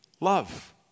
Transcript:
love